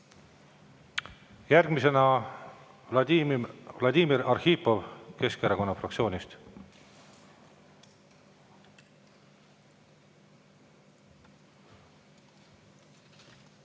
Järgmisena Vladimir Arhipov Keskerakonna fraktsioonist.